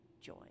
joy